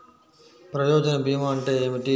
ప్రయోజన భీమా అంటే ఏమిటి?